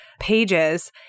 pages